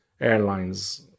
airlines